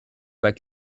pas